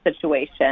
situation